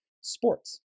sports